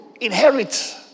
inherit